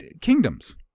kingdoms